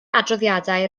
adroddiadau